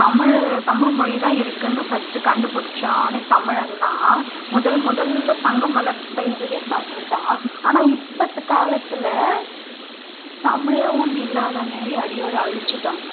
தமிழ் தமிழ்மொழி தான் இருக்குதுன்னு ஃபஸ்ட்டு கண்டுபிடிச்சவனே தமிழன் தான் முதல் முதல்ல சங்கம் வளர்த்த இதுவே தமிழ் தான் ஆனால் இப்பத்து காலத்தில் தமிழே ஒன்று இல்லாத மாரி அடியோட அழிச்சிட்டாங்கள்